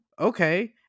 Okay